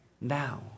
Now